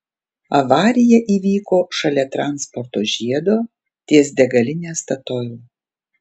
avarija įvyko šalia transporto žiedo ties degaline statoil